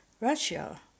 Russia